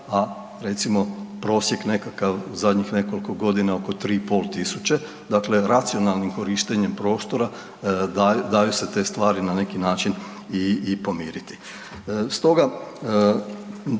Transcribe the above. a recimo prosjek nekakav u zadnjih nekoliko godina oko 3.500, dakle racionalnim korištenjem prostora daju se te stvari na neki način i pomiriti.